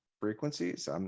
frequencies